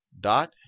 dot